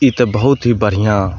ई तऽ बहुत ही बढ़िऑं